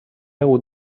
hagut